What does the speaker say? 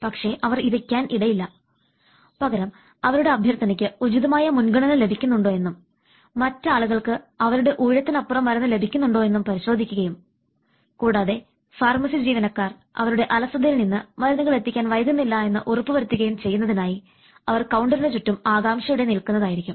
പക്ഷേ അവർ ഇരിക്കാൻ ഇടയില്ല പകരം അവരുടെ അഭ്യർത്ഥനയ്ക്ക് ഉചിതമായ മുൻഗണന ലഭിക്കുന്നുണ്ടോ എന്നും മറ്റ് ആളുകൾക്ക് അവരുടെ ഊഴത്തിനു അപ്പുറം മരുന്ന് ലഭിക്കുന്നുണ്ടോ എന്നും പരിശോധിക്കുകയും കൂടാതെ ഫാർമസി ജീവനക്കാർ അവരുടെ അലസതയിൽ നിന്ന് മരുന്നുകൾ എത്തിക്കാൻ വൈകുന്നില്ല എന്ന് ഉറപ്പുവരുത്തുകയും ചെയ്യുന്നതിനായി അവർ കൌണ്ടറിനു ചുറ്റും ആകാംക്ഷയോടെ നിൽക്കുന്നതായിരിക്കും